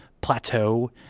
plateau